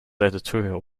editorial